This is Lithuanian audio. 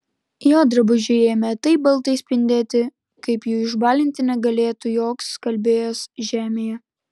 jo drabužiai ėmė taip baltai spindėti kaip jų išbalinti negalėtų joks skalbėjas žemėje